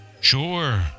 Sure